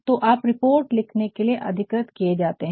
तो आप रिपोर्ट लिखने के लिए अधिकृत किये जाते है